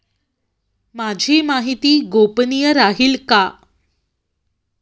माझी माहिती गोपनीय राहील का?